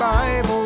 Bible